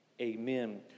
Amen